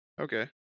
Okay